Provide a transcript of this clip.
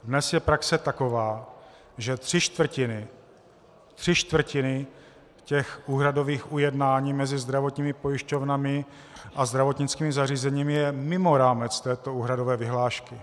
Dnes je praxe taková, že tři čtvrtiny tři čtvrtiny úhradových ujednání mezi zdravotními pojišťovnami a zdravotnickými zařízeními je mimo rámec této úhradové vyhlášky.